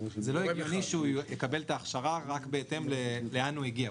זה לא הגיוני שהוא יקבל את ההכשרה רק בהתאם לאין הוא הגיע.